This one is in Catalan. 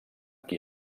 qui